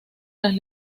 las